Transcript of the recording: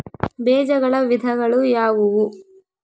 ಬೇಜಗಳ ವಿಧಗಳು ಯಾವುವು?